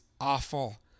awful